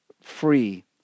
free